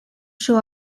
show